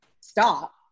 stop